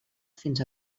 fins